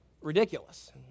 ridiculous